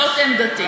זאת עמדתי.